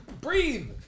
Breathe